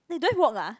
they don't have work ah